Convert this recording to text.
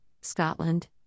Scotland